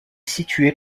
situé